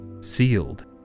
sealed